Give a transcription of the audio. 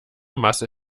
masse